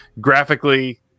Graphically